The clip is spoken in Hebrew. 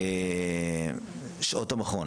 שעות המכון